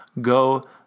go